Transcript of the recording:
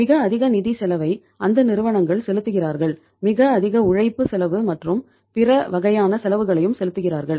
மிக அதிக நிதி செலவை அந்த நிறுவனங்கள் செலுத்துகிறார்கள் மிக அதிக உழைப்பு செலவு மற்றும் பிற வகையான செலவுகளையும் செலுத்துகிறார்கள்